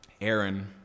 Aaron